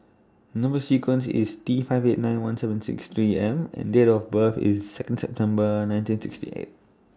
Number sequence IS T five eight nine one seven six three M and Date of birth IS Second September nineteen sixty eight